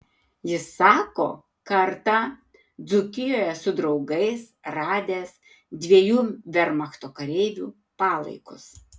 jis sako kartą dzūkijoje su draugais radęs dviejų vermachto kareivių palaikus